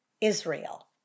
Israel